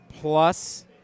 plus